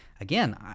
again